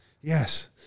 Yes